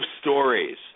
stories